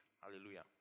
hallelujah